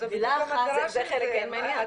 זה חלק מהעניין.